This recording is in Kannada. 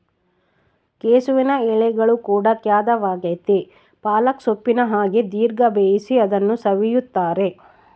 ಕೆಸುವಿನ ಎಲೆಗಳು ಕೂಡ ಖಾದ್ಯವಾಗೆತೇ ಪಾಲಕ್ ಸೊಪ್ಪಿನ ಹಾಗೆ ದೀರ್ಘ ಬೇಯಿಸಿ ಅದನ್ನು ಸವಿಯುತ್ತಾರೆ